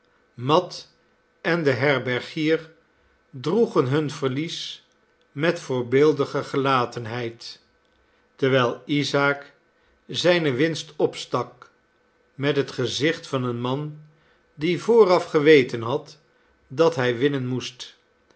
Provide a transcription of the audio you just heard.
had maten de herbergier droegen hun verlies met voorbeeldige gelatenheid terwijl isaak zijne winst opstak met het gezicht van een man die vooraf geweten had dat hij winnen moest